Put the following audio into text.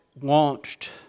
launched